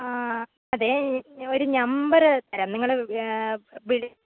ആ അതെ ഒരു നമ്പറ് തരാം നിങ്ങൾ വിളി